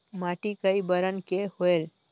माटी कई बरन के होयल?